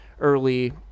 early